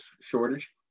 shortage